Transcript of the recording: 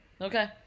okay